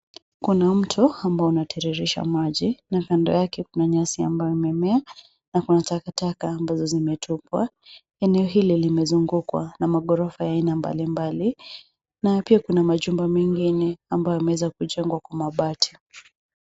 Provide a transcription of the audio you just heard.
Kuna mto ambao unatiririsha maji na kando yake kuna nyasi ambayo imemea na kuna takataka ambazo zimetupwa. Eneo hili limezungukwa na magorofa ya aina mbalimbali na pia kuna majumba mengine ambayo yameweza kujengwa kwa mabati.